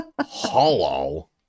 Hollow